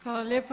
Hvala lijepa.